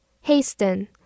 hasten